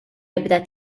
ebda